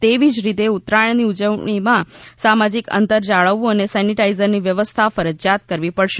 તેવી જ રીતે ઉત્તરાયણની ઉજવણીમાં સામાજિક અંતર જાળવવું અને સેનીટાઈઝરની વ્યવસ્થા ફરજિયાત કરવી પડશે